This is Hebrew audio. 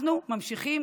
אנחנו ממשיכים